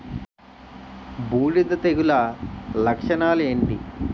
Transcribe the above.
బూడిద తెగుల లక్షణాలు ఏంటి?